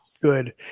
good